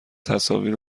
تصاویر